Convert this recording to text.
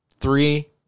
Three